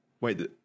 wait